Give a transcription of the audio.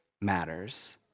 matters